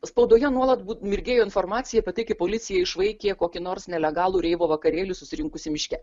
spaudoje nuolat būt mirgėjo informacija pateikia policija išvaikė kokį nors nelegalų repo vakarėlį susirinkusį miške